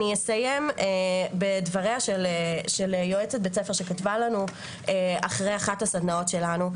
אני אסיים בדבריה של יועצת בית ספר שכתבה לנו אחרי אחת הסדנאות שלנו,